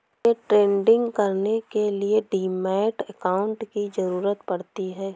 day trading करने के लिए डीमैट अकांउट की जरूरत पड़ती है